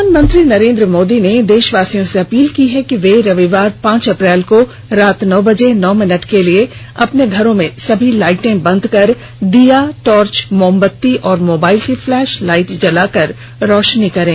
प्रधानमंत्री नरेन्द्र मोदी ने देशवासियों से अपील की है कि वे रविवार पांच अप्रैल को रात नौ बजे नौ मिनट के लिए अपने घरों में सभी लाईटें बंद कर दीया टार्च मोमबत्ती और मोबाइल की फ्लैश लाईट जलाकर रोशनी करें